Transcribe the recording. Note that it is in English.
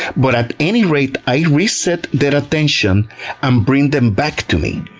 but at any rate i reset their attention and bring them back to me.